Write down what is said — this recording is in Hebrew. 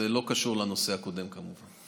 זה לא קשור לנושא הקודם, כמובן.